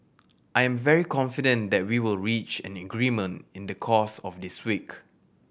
I am very confident that we will reach an agreement in the course of this week